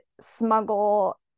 smuggle